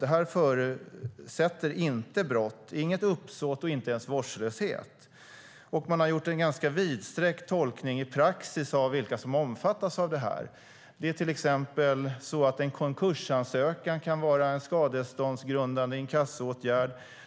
Detta förutsätter inte brott, inget uppsåt och inte ens vårdslöshet. Man har gjort en ganska vidsträckt tolkning i praxis av vilka som omfattas av detta. En konkursansökan kan till exempel vara en skadeståndsgrundande inkassoåtgärd.